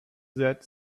that